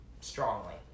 strongly